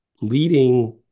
leading